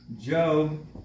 Job